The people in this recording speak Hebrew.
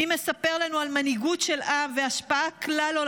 מי מספר לנו על מנהיגות של עם והשפעה כלל-עולמית?